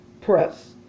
press